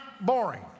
boring